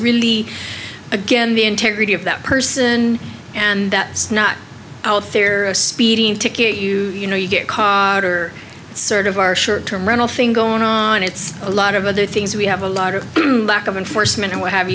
really again the integrity of that person and that's not a speeding ticket you know you get caught or sort of our short term rental thing going on it's a lot of other things we have a lot of lack of enforcement and what have